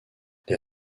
les